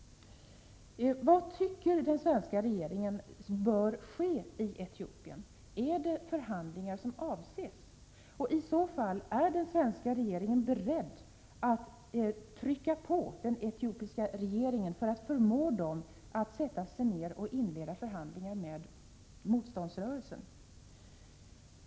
Vad tycker den svenska regeringen bör ske i Etiopien — är det förhandlingar som avses? Är den svenska regeringen i så fall beredd att trycka på den etiopiska regeringen för att förmå den att sätta sig ner och inleda förhandlingar med motståndsrörelsen?